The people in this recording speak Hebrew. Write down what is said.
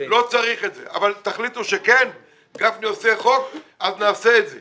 תחליטו שכן צריך את זה